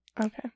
Okay